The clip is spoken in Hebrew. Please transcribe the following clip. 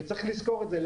וצריך לזכור את זה,